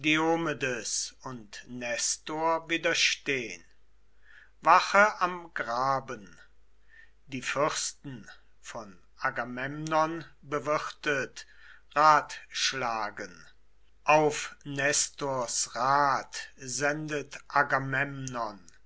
und nestor widerstehn wache am graben die fürsten von agamemnon bewirtet ratschlagen auf